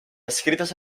escrites